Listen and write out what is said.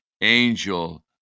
angel